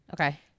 Okay